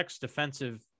defensive